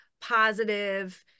positive